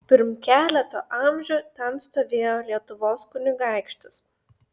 pirm keleto amžių ten stovėjo lietuvos kunigaikštis